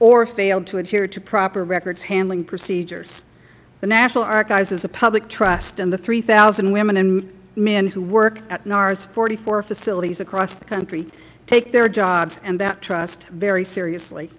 or failed to adhere to proper records handling procedures the national archives is a public trust and the three thousand women and men who work at nara's forty four facilities across the country take their job and that trust very seriously